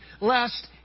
lest